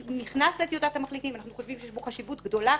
הוא נכנס לטיוטת המחליטים ואנחנו חושבים שיש בו חשיבות גדולה,